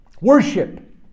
worship